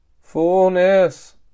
Fullness